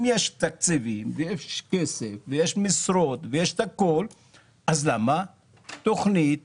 אם יש תקציבים, יש כסף ויש משרות, למה נפלה תכנית